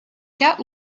cas